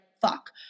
fuck